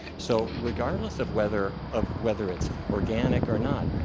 so, regardless of whether of whether it's organic or not,